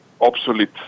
obsolete